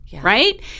right